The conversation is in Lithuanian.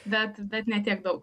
bet bet ne tiek daug